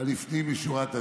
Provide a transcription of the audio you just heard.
על לפנים משורת הדין.